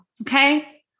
Okay